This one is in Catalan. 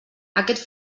aquest